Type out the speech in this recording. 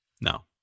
no